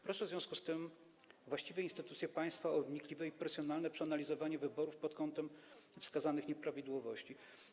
Proszę w związku z tym właściwe instytucje państwa o wnikliwe i profesjonalne przeanalizowanie wyborów pod kątem wskazanych nieprawidłowości.